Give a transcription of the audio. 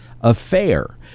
affair